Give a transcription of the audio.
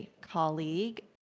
colleague